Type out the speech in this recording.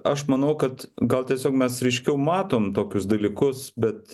aš manau kad gal tiesiog mes ryškiau matom tokius dalykus bet